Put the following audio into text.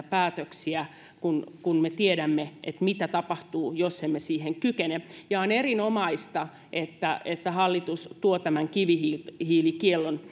päätöksiä kun kun me tiedämme mitä tapahtuu jos emme siihen kykene on erinomaista että että hallitus tuo tämän kivihiilikiellon